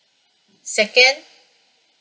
second